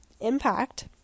impact